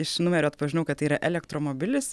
iš numerio atpažinau kad tai yra elektromobilis